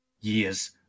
Years